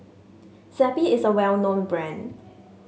Zappy is a well known brand